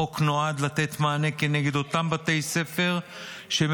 החוק נועד לתת מענה כנגד אותם בתי ספר שמאפשרים